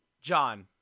John